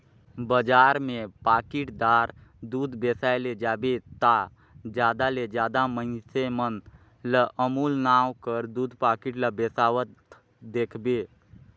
बजार में पाकिटदार दूद बेसाए ले जाबे ता जादा ले जादा मइनसे मन ल अमूल नांव कर दूद पाकिट ल बेसावत देखबे